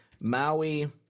Maui